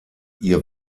ihr